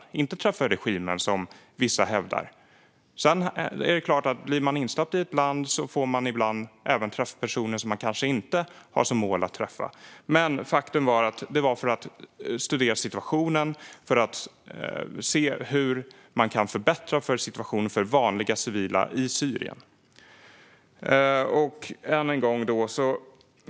Målet var inte att träffa regimen, som vissa hävdar. Sedan är det klart att om man blir insläppt i ett land får man ibland även träffa personer som man kanske inte har som mål att träffa. Men faktum är att vi gjorde resan för att studera situationen och se hur man kunde förbättra den för vanliga civila i Syrien.